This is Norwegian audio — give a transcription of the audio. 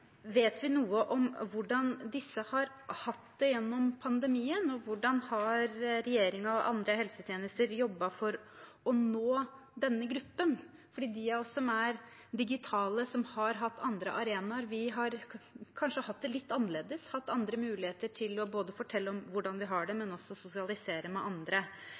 Vet vi noe om hvordan disse har hatt det gjennom pandemien, og hvordan har regjeringen og helsetjenestene jobbet for å nå denne gruppen? De av oss som er digitale, som har hatt andre arenaer, har kanskje hatt det litt annerledes, hatt andre muligheter til både å fortelle om hvordan vi har det, og også til å sosialisere med andre.